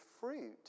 fruit